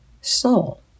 soul